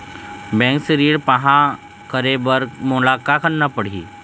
Bank से ऋण पाहां करे बर मोला का करना पड़ही?